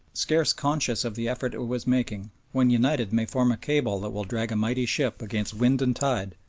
scarce conscious of the effort it was making, when united may form a cable that will drag a mighty ship against wind and tide,